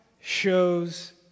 shows